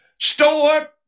stored